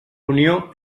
unió